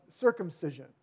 circumcision